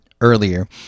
earlier